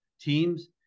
teams